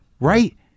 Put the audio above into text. Right